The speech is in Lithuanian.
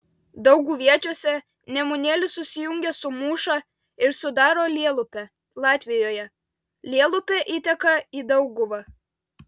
dauguviečiuose nemunėlis susijungia su mūša ir sudaro lielupę latvijoje lielupė įteka į dauguvą